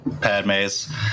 Padme's